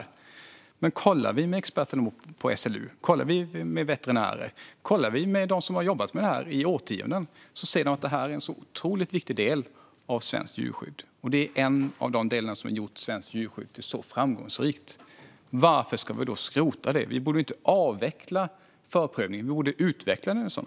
Kollar vi däremot med experterna på SLU, med veterinärer och med dem som har jobbat med detta i årtionden säger de att detta är en otroligt viktig del av svenskt djurskydd. Det är en av de delar som har gjort svenskt djurskydd så framgångsrikt. Varför ska vi då skrota det? Vi borde inte avveckla förprövningen utan snarare utveckla den.